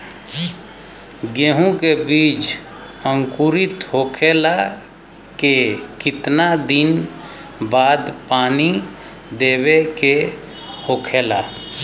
गेहूँ के बिज अंकुरित होखेला के कितना दिन बाद पानी देवे के होखेला?